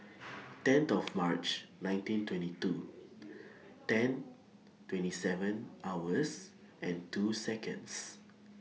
tenth of March nineteen twenty two ten twenty seven hours and two Seconds